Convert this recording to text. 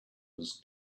was